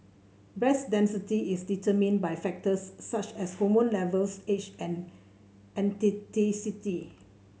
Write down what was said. breast density is determined by factors such as hormone levels age and